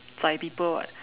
zai people [what]